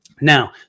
Now